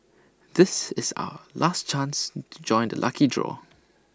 this is are last chance to join the lucky draw